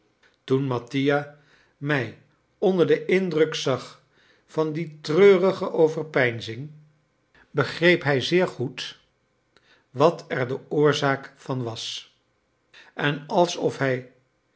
toen mattia mij onder den indruk zag van die treurige overpeinzing begreep hij zeer goed wat er de oorzaak van was en alsof hij